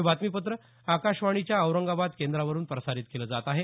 हे बातमीपत्र आकाशवाणीच्या औरंगाबाद केंद्रावरून प्रसारित केलं जात आहे